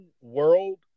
world